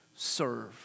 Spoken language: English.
serve